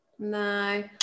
No